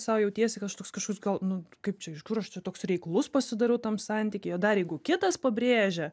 sau jautiesi kad aš toks kažkoks gal nu kaip čia iš kur aš čia toks reiklus pasidariau tam santykyje o dar jeigu kitas pabrėžia